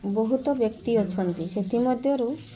ବହୁତ ବ୍ୟକ୍ତି ଅଛନ୍ତି ସେଥିମଧ୍ୟରୁ